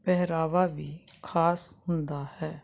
ਪਹਿਰਾਵਾ ਵੀ ਖਾਸ ਹੁੰਦਾ ਹੈ